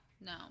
No